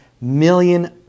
million